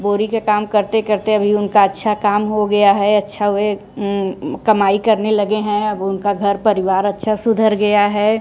बोरी के काम करते करते अभी उनका अच्छा काम हो गया है अच्छा वह कमाई करने लगे हैं अब उनका घर परिवार अच्छा सुधर गया है